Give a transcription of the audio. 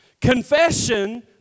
confession